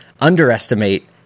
underestimate